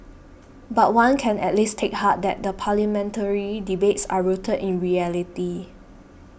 but one can at least take heart that the parliamentary debates are rooted in reality